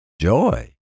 joy